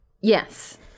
yes